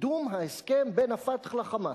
בקידום ההסכם בין "פתח" ל"חמאס".